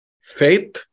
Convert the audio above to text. faith